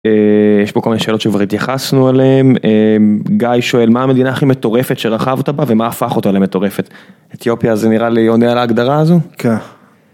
יש פה כל מיני שאלות שכבר התייחסנו אליהן, גיא שואל מה המדינה הכי מטורפת שרכבת בה ומה הפך אותה למטורפת? אתיופיה זה נראה לי עונה על ההגדרה הזו? כן.